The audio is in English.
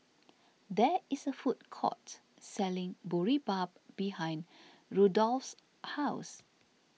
there is a food court selling Boribap behind Rudolph's house